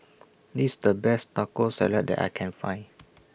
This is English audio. This The Best Taco Salad that I Can Find